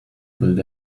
build